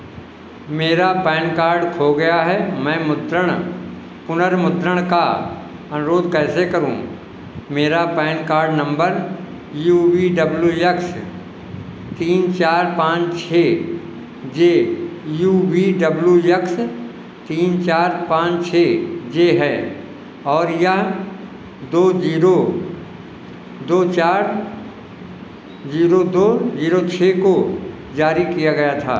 मेरा PAN card खो गया है मैं मुद्रण पुनर्मुद्रण का अनुरोध कैसे करूँ मेरा PAN card number U V W X तीन चार पाँच छः J U V W X तीन चार पाँच छः जे है और यह दो जीरो दो चार जीरो दो जीरो छः को जारी किया गया था